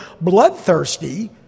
bloodthirsty